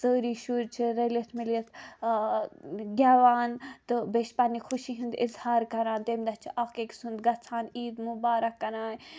سٲری شُرۍ چھِ رٔلِتھ مِلتھ گیٚوان تہٕ بیٚیہِ چھِ پَننہِ خوشی ہُند اظہار کَران تَمہِ دۄہ چھِ اکھ أکۍ سُند گَژھان عید مُبارک کَران